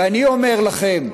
ואני אומר לכם: